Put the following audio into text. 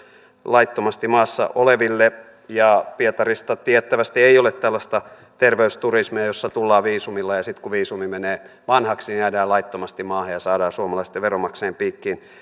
laittomasti maassa oleville pietarista tiettävästi ei ole tällaista terveysturismia jossa tullaan viisumilla ja sitten kun viisumi menee vanhaksi jäädään laittomasti maahan ja saadaan suomalaisten veronmaksajien piikkiin